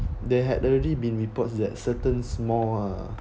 there had already been reports that certain small uh